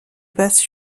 basse